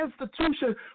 institution